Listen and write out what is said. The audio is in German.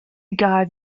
egal